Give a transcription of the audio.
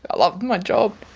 ah loved my job.